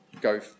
go